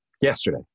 yesterday